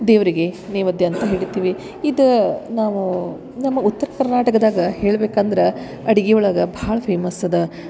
ದೇವರಿಗೆ ನೇವೇದ್ಯ ಅಂತ ಹಿಡಿತೀವಿ ಇದು ನಾವು ನಮ್ಮ ಉತ್ರ ಕರ್ನಾಟಕದಾಗ ಹೇಳ್ಬೇಕು ಅಂದ್ರ ಅಡಿಗಿ ಒಳ್ಗ ಭಾಳ ಫೇಮಸ್ ಅದು